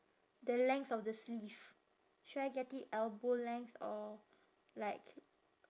the length of the sleeve should I get it elbow length or like